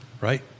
right